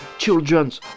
Children's